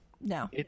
No